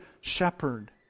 shepherd